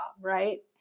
right